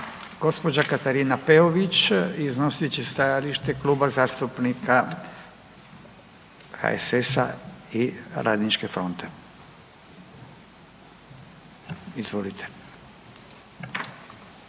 Gospođa Katarina Peović ispred Kluba zastupnika HSS-a i Radničke fronte. Izvolite.